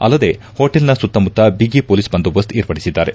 ಅಲ್ಲದೇ ಹೋಟೆಲ್ನ ಸುತ್ತಮುತ್ತ ಬಿಗಿ ಪೊಲೀಸ್ ಬಂದೋಬಸ್ತ್ ಏರ್ಪಡಿಸಿದ್ದಾರೆ